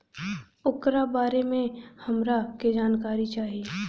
ओकरा बारे मे हमरा के जानकारी चाही?